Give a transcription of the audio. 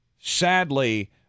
Sadly